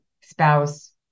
spouse